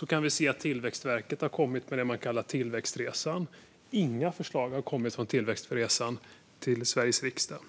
Då kan vi se att Tillväxtverket har kommit med det man kallar tillväxtresan, men inga förslag har kommit från tillväxtresan till Sveriges riksdag.